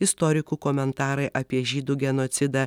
istorikų komentarai apie žydų genocidą